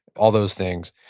all those things.